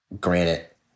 granite